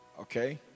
okay